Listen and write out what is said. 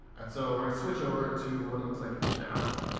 and so we're switch over to what it looks like now.